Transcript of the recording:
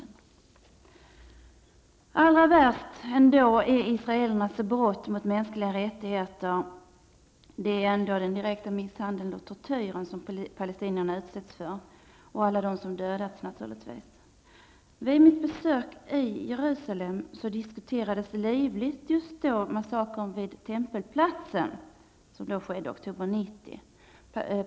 Allra värst är ändå israelernas brott mot de mänskliga rättigheterna. Jag tänker då på den direkta misshandel och den tortyr som palestinierna utsätts för och, naturligtvis, på alla dem som dödas. Vid mitt besök i Jerusalem diskuterades livligt just massakern vid tempelplatsen, som skedde i oktober 1990.